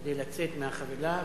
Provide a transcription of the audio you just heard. כדי לצאת מהחבילה?